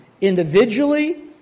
individually